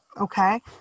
okay